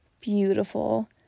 beautiful